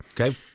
Okay